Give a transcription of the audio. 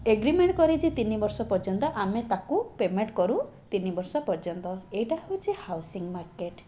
agreement କରିଛି ତିନିବର୍ଷ ପର୍ଯ୍ୟନ୍ତ ଆମେ ତାକୁ ପେମେଣ୍ଟ କରୁ ତିନିବର୍ଷ ପର୍ଯ୍ୟନ୍ତ ଏଇଟା ହେଉଛି ହାଉସିଙ୍ଗ ମାର୍କେଟ